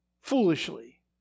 foolishly